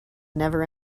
never